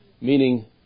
meaning